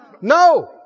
no